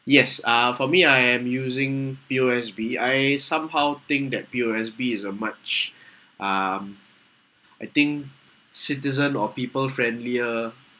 yes uh for me I am using P_O_S_B I somehow think that P_O_S_B is a much um I think citizen or people friendlier